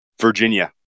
Virginia